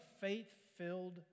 faith-filled